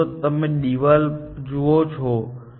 દાખલા તરીકે ડુપ્લેક્સ ઘરોમાં રસોડું પણ હશે વગેરે વગેરે